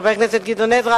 חבר הכנסת גדעון עזרא,